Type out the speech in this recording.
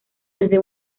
desde